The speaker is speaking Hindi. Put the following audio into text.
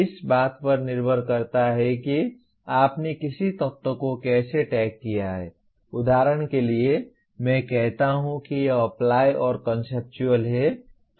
इस बात पर निर्भर करता है कि आपने किसी तत्व को कैसे टैग किया है उदाहरण के लिए मैं कहता हूं कि यह अप्लाई और कॉन्सेप्चुअल है